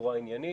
בצורה עניינית,